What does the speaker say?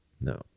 no